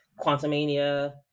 Quantumania